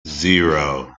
zero